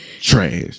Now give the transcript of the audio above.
Trash